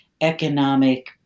economic